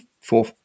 four